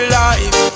life